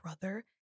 brother